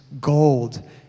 gold